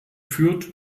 führt